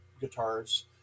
guitars